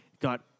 Got